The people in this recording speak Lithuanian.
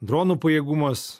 dronų pajėgumas